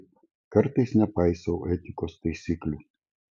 na taip kartais nepaisau etikos taisyklių